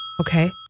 Okay